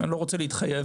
אני לא רוצה להתחייב,